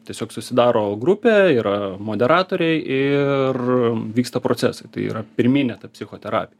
tiesiog susidaro grupė yra moderatoriai ir vyksta procesai tai yra pirminė psichoterapija